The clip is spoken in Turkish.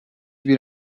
bir